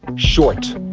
short.